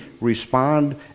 respond